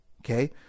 Okay